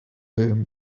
him